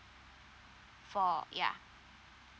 for yeah